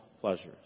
pleasures